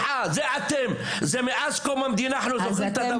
זה אתם וזה כך מאז קום המדינה ואנחנו זוכרים את המצב הזה.